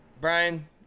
Brian